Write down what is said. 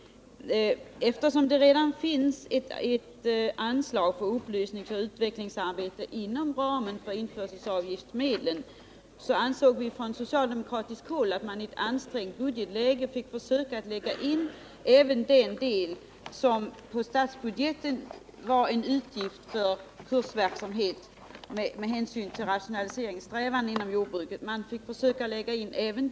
Eftersom det redan finns ett anslag för upplysningsoch utvecklingsarbete inom ramen för införselavgiftsmedlen ansåg vi från socialdemokratiskt håll att man i ett ansträngt budgetläge fick försöka att lägga in även de utgifter som avsåg kursverksamhet beträffande rationaliseringssträvandena inom jordbruket under det anslaget.